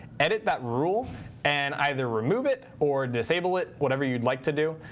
edit that rule and either remove it or disable it, whatever you'd like to do,